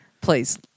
Please